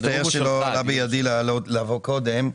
מצטער שלא עלה בידי להגיע קודם.